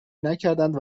نکردند